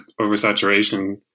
oversaturation